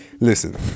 Listen